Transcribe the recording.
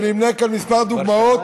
ואני אמנה כאן כמה דוגמאות.